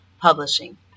publishing